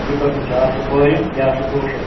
زٕ قٕسٕم چھِ اَکھ چھُ پٲرِم بیٛاکھ چھُ کوشُر